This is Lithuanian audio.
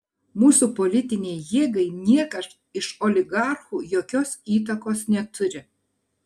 mūsų politinei jėgai niekas iš oligarchų jokios įtakos neturi